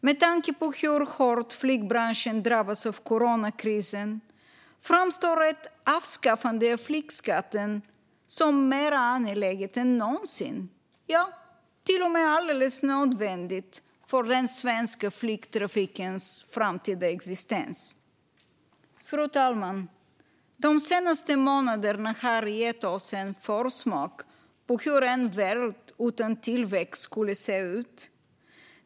Med tanke på hur hårt flygbranschen drabbats av coronakrisen framstår ett avskaffande av flygskatten som mer angeläget än någonsin, ja, till och med som alldeles nödvändigt för den svenska flygtrafikens framtida existens. Fru talman! De senaste månaderna har gett oss en försmak på hur en värld utan tillväxt skulle se ut.